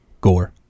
Gore